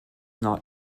not